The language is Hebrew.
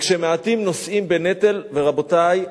כשמעטים נושאים בנטל, ורבותי,